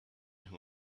who